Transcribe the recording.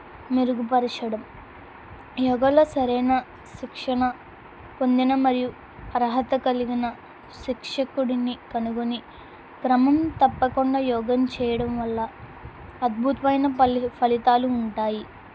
మెరుగుపరచడం యోగాలో సరైన శిక్షణ పొందిన మరియు అర్హత కలిగిన శిక్షకుడిని కనుగొని క్రమం తప్పకుండా యోగ చేయడం వల్ల అద్భుతమైన ఫలితాలు ఉంటాయి